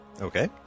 Okay